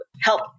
help